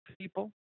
people